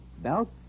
belt